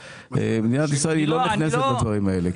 מדינת ישראל לא נכנסת לדברים האלה.